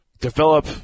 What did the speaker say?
develop